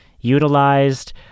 utilized